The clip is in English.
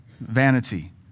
vanity